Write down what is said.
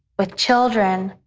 with children.